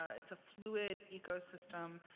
ah it's a fluid ecosystem,